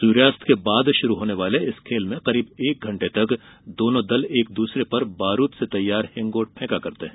सूर्यास्त के बाद शुरू होने वाले इस खेल में करीब एक घंटे तक दोनो दल एक दूसरे पर बारूद से तैयार हिंगोट फेकते हैं